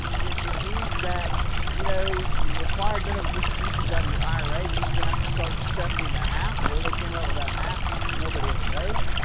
and it it means that you know, your required minimum distributions out of your ira you used to have to start at seventy and a half. where they came out without half, who nobody ever knows,